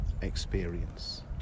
experience